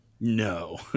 No